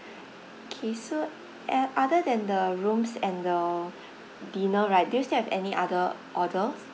K so a~ other than the rooms and the dinner right do you still have any other orders